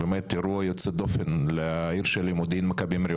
באמת אירוע יוצא דופן לעיר שלי מודיעין-מכבים-רעות.